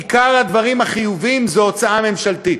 עיקר הדברים החיוביים זה הוצאה ממשלתית,